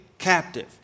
Captive